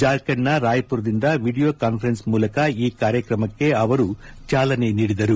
ಜಾರ್ಖಂಡ್ನ ರಾಯಪುರದಿಂದ video conference ಮೂಲಕ ಈ ಕಾರ್ಯಕ್ರಮಕ್ಕೆ ಅವರು ಚಾಲನೆ ನೀಡಿದರು